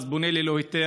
אז הוא בונה ללא היתר,